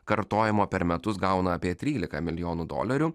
kartojimo per metus gauna apie trylika milijonų dolerių